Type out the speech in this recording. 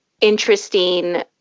interesting